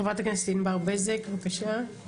חברת הכנסת ענבר בזק, בבקשה.